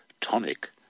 tonic